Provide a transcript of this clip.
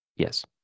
Yes